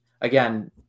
again